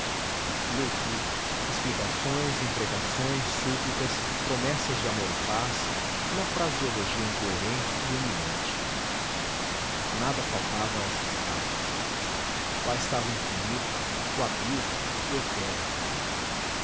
leu tudo explicações imprecações súplicas promessas de amor e paz uma fraseologia incoerente e humilhante nada faltava a essas cartas lá estava o infinito o abismo o eterno